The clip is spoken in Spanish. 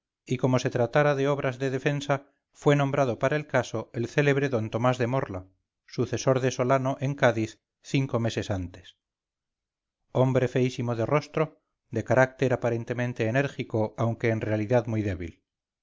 y como se tratara de obras de defensa fue nombrado para el caso el célebre don tomás de morla sucesor de solano en cádiz cinco meses antes hombre feísimo de rostro de carácter aparentemente enérgico aunque en realidad muy débil